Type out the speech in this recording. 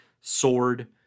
Sword